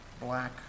black